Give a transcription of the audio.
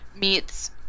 meets